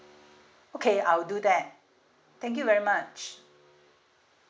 okay I'll do that thank you very much